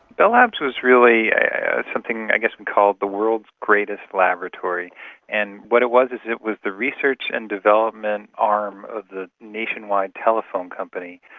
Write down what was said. bell labs was really something i guess we called the world's greatest laboratory and what it was, it was the research and development arm of the nationwide telephone company.